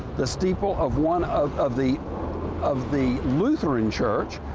the steeple of one of of the of the lutheran church,